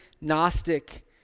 Gnostic